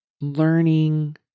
learning